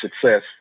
success